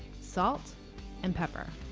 salt and pepper.